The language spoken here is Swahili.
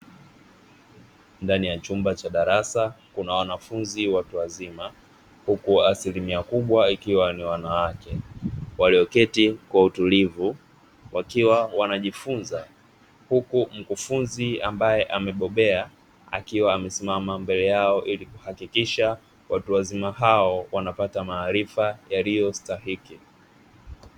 Ndani ya chumba cha darasa kuna wanafunzi watu wazima, huku asilimia kubwa ikiwa ni wanawake walioketi kwa utulivu, wakiwa wanajifunza huku mkufunzi ambaye amebobea akiwa amesimama mbele yao ili kuhakikisha watu wazima hao wanapata maarifa yaliyo stahiki.